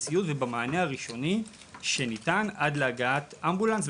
בציוד ובמענה הראשוני שניתן עד להגעת אמבולנס,